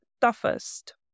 toughest